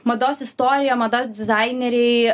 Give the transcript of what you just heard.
mados istorija mados dizaineriai